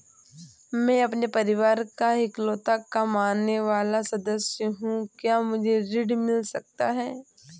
मैं अपने परिवार का इकलौता कमाने वाला सदस्य हूँ क्या मुझे ऋण मिल सकता है?